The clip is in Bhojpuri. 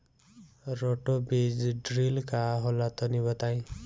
रोटो बीज ड्रिल का होला तनि बताई?